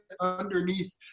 underneath